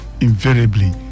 invariably